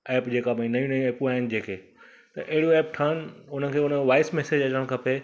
app जेका नयू नयू एपू आहिनि जेके त एड़ियूं एप ठवनि उन्हनि खे माना वॉइस मैसेज अचणु खपे